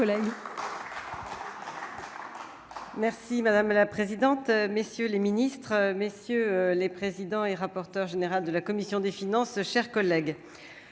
Merci madame la présidente, messieurs les ministres, messieurs les présidents et rapporteur général de la commission des finances, chers collègues,